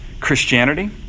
Christianity